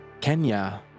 Kenya